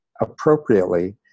appropriately